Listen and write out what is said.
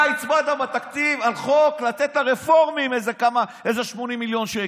אתה הצבעת בתקציב על חוק לתת לרפורמים איזה 80 מיליון שקל.